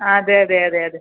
അതെ അതെ അതെ അതെ